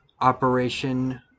Operation